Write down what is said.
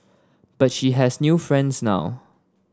but she has new friends now